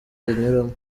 anyuramo